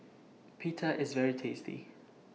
Pita IS very tasty